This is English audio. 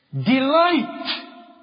delight